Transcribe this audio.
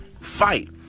fight